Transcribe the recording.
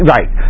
Right